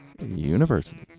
University